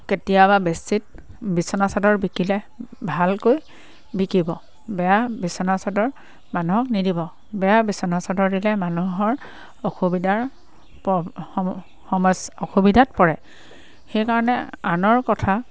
কেতিয়াবা বেডশ্বীট বিছনাচাদৰ বিকিলে ভালকৈ বিকিব বেয়া বিছনাচাদৰ মানুহক নিদিব বেয়া বিছনাচাদৰ দিলে মানুহৰ অসুবিধাৰ অসুবিধাত পৰে সেইকাৰণে আনৰ কথা